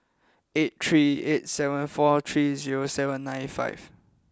eight three eight seven four three seven nine five